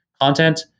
content